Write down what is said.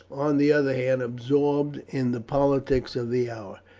on the other hand, absorbed in the politics of the hour.